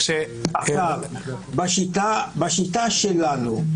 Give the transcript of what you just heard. בשיטה שלנו,